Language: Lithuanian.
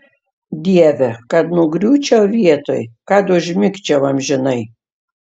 dieve kad nugriūčiau vietoj kad užmigčiau amžinai